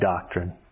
doctrine